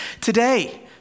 today